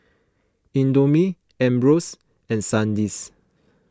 Indomie Ambros and Sandisk